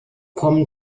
kommen